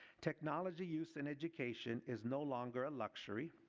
technology used in education is no longer a luxury.